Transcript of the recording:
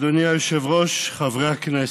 אדוני היושב-ראש, חברי הכנסת,